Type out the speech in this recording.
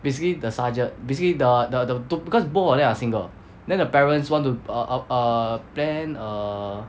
basically the sergeant basically the the the two because both of them are single then the parents want to err err err plan err